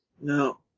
No